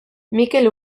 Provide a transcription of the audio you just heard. mikel